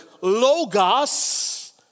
Logos